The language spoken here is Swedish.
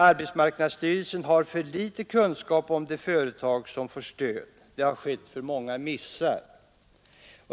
Arbetsmarknadsstyrelsen har för liten kunskap om de företag som får stöd. Det har skett för många missar.